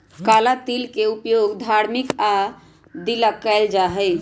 काला तिल के उपयोग धार्मिक आदि ला कइल जाहई